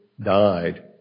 died